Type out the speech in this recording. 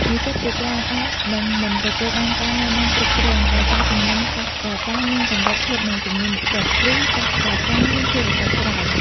និស្សិតជាច្រើនអាចនឹងមិនទទួលបានការណែនាំគ្រប់គ្រាន់ ដោយសារចំនួនសាស្ត្រាចារ្យមានកម្រិតធៀបនឹងចំនួននិស្សិត ឬសាស្ត្រាចារ្យមានភារកិច្ចច្រើន។